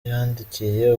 yandikiye